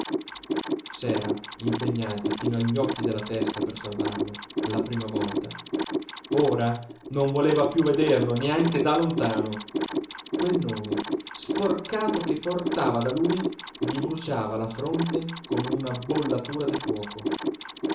s'era impegnati fino gli occhi della testa per salvarlo la prima volta ora non voleva piú vederlo neanche da lontano quel nome sporcato che portava da lui gli bruciava la fronte come una bollatura di fuoco